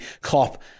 Klopp